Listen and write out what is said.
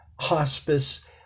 hospice